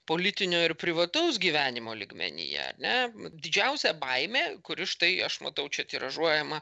politinio ir privataus gyvenimo lygmenyje ne didžiausia baimė kuri štai aš matau čia tiražuojama